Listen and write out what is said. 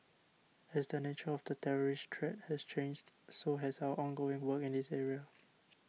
as the nature of the terrorist threat has changed so has our ongoing work in this area